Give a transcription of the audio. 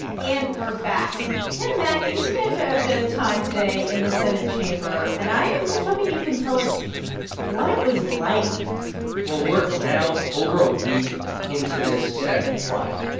and we're back. and, tim mak, you spent a bit of time today in the senate chamber, and i am just hoping you can tell us what it was like well, we're now over a week into this senate trial.